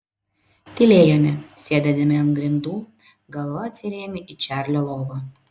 tylėjome sėdėdami ant grindų galva atsirėmę į čarlio lovą